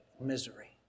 misery